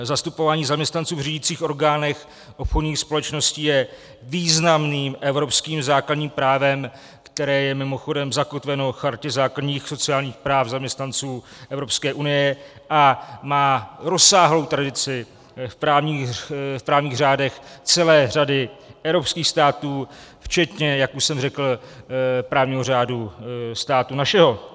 Zastupování zaměstnanců v řídicích orgánech obchodních společností je významným evropským základním právem, které je mimochodem zakotveno v Chartě základních sociálních práv zaměstnanců EU a má rozsáhlou tradici v právních řádech celé řady evropských států včetně, jak už jsem řekl, právního řádu státu našeho.